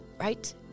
right